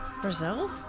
Brazil